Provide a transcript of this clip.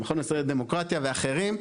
המכון הישראלי לדמוקרטיה ואחרים.